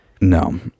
No